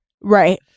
Right